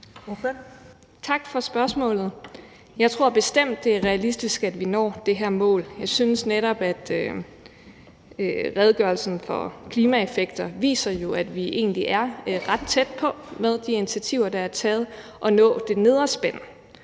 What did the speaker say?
Tak for spørgsmålet. Jeg tror bestemt, det er realistisk, at vi når det her mål. Jeg synes netop, at redegørelsen for klimaeffekter viser, at vi egentlig er ret tæt på med de initiativer, der er taget, at nå det nedre spænd.